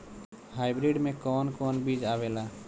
Hybrid में कोवन कोवन बीज आवेला?